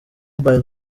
mobile